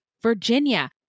Virginia